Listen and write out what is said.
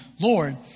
Lord